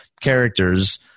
characters